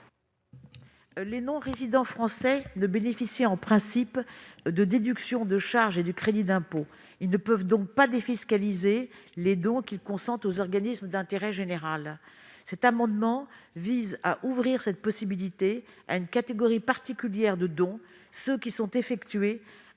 les non-résidents fiscaux ne bénéficient pas de déductions de charges et de crédits d'impôt. Ils ne peuvent donc pas défiscaliser les dons qu'ils consentent aux organismes d'intérêt général. Cet amendement vise à ouvrir cette possibilité à une catégorie particulière de dons, ceux qui sont effectués à des établissements